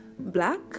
black